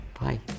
Bye